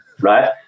right